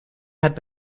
had